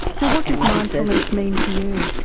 so what does mindfulness mean to you?